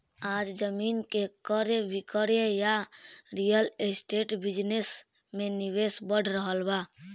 आज जमीन के क्रय विक्रय आ रियल एस्टेट बिजनेस में निवेश बढ़ रहल बा